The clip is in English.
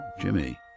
Jimmy